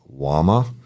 Wama